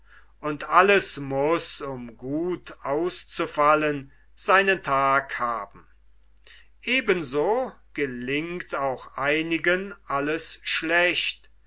und alles muß um gut auszufallen seinen tag haben ebenso gelingt auch einigen alles schlecht